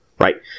right